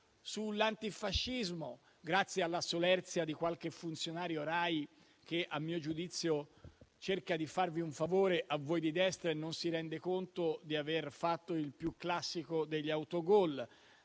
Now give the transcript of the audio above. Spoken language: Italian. sull'antifascismo, grazie alla solerzia di qualche funzionario RAI che, a mio giudizio, cerca di fare un favore a voi di destra e non si rende conto di aver fatto il più classico degli autogol,